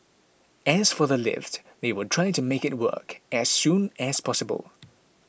as for the lift they will try to make it work as soon as possible